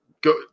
go